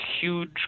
huge